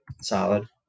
Solid